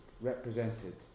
represented